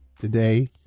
today